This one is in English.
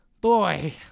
boy